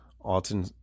Alton